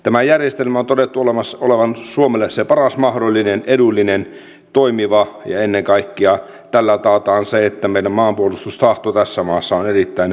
tämän järjestelmän on todettu olevan suomelle se paras mahdollinen edullinen toimiva ja ennen kaikkea tällä taataan se että meidän maanpuolustustahto tässä maassa on erittäin hyvällä tasolla